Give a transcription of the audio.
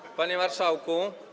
Panie Marszałku!